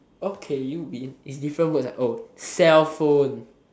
okay you win it's different words ah oh cellphone